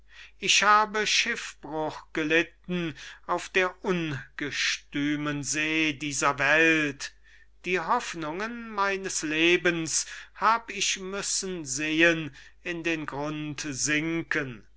ich habe schiffbruch gelitten auf der ungestümmen see dieser welt die hoffnungen meines lebens hab ich müssen sehen in den grund sinken